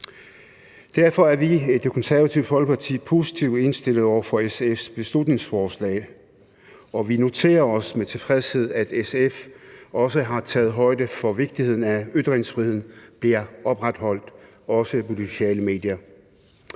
Derfor er vi i Det Konservative Folkeparti positivt indstillet over for SF's beslutningsforslag, og vi noterer os med tilfredshed, at SF også har taget højde for vigtigheden af, at ytringsfriheden bliver opretholdt, også på de sociale medier.